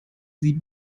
sie